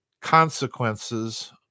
consequences